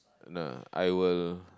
no I will